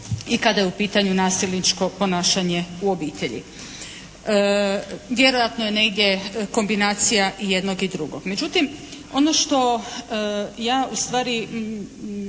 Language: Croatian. i kada je u pitanju nasilničko ponašanje u obitelji. Vjerojatno je negdje kombinacija jednog i drugog. Međutim ono što ja ustvari